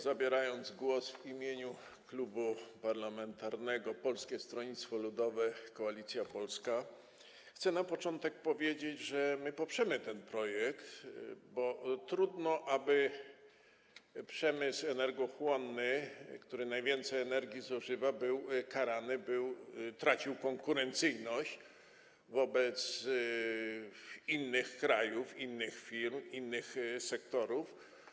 Zabierając głos w imieniu Klubu Parlamentarnego Polskie Stronnictwo Ludowego - Koalicja Polska, chcę na początek powiedzieć, że my poprzemy ten projekt, bo trudno, aby przemysł energochłonny, który najwięcej energii zużywa, był karany, tracił konkurencyjność wobec innych krajów, innych firm, innych sektorów.